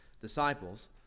disciples